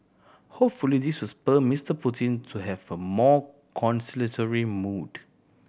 hopefully this will spur Mister Putin to have a more conciliatory mood